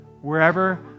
Wherever